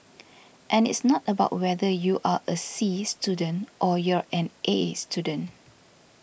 and it's not about whether you are a C student or you're an A student